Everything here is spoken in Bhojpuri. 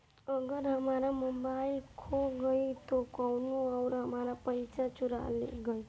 अगर हमार मोबइल खो गईल तो कौनो और हमार पइसा चुरा लेइ?